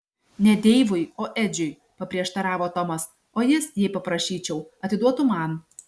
ne deivui o edžiui paprieštaravo tomas o jis jei paprašyčiau atiduotų man